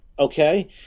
Okay